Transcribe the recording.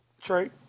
Trey